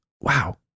wow